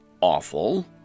awful